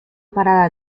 parada